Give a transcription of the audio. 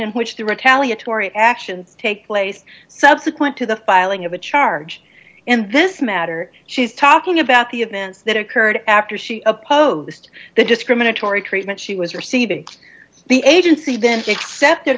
in which the retaliatory actions take place subsequent to the filing of a charge in this matter she's talking about the events that occurred after she opposed the discriminatory treatment she was receiving the agency then except